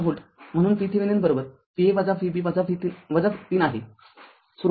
६ volt म्हणून VThevenin Va Vb ३ आहे